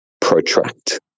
protract